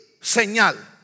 señal